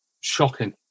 shocking